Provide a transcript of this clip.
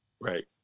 right